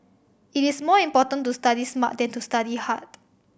it is more important to study smart than to study hard